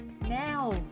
now